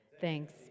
thanks